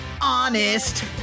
Honest